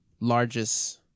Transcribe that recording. largest